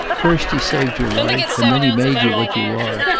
first he saved your life, and then he made you what you are.